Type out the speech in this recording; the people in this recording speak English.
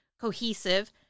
cohesive